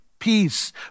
peace